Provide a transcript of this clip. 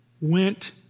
went